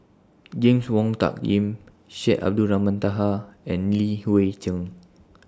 James Wong Tuck Yim Syed Abdulrahman Taha and Li Hui Cheng